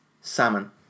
salmon